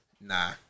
Nah